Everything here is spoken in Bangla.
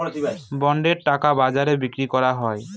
বন্ডের টাকা বাজারে বিক্রি করা হয়